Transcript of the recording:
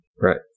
Right